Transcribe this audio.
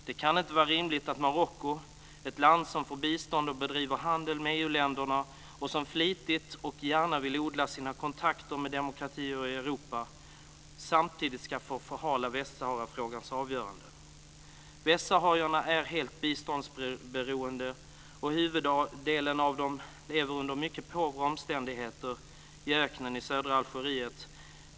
Det kan inte vara rimligt att Marocko, ett land som får bistånd av och bedriver handel med EU-länderna och som flitigt och gärna vill odla sina kontakter med demokratier i Europa, samtidigt ska få förhala Västsaharafrågans avgörande. Västsaharierna är helt biståndsberoende, och huvuddelen av dem lever under mycket påvra omständigheter i öknen i södra Algeriet.